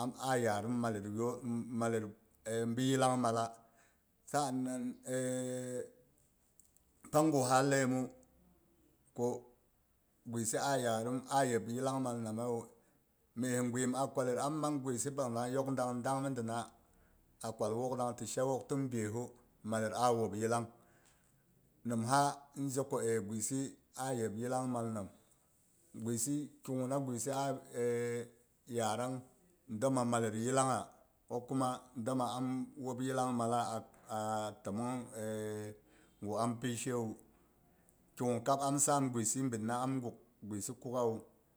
am ayar mallet yod mallet bi yillang malla saanan pang gu ha laiyi mu ko guisi a yarim a yep yilla ngmal name wu, meh gwim a kwallet ammang guisi pang a yok dang dangmidina a kwal wok kuk da ti sha wok tin biyessu mallet a wop yillang nimha mhi je ko aei guisi a yep yillangmal nam, guisi ki gu na guisi yarang domma mallet yillangha ko kuma dommam wop yillang malla a timmong gu am pishewu ki gu kab am sammu guisi binna am guk guisi kukhawu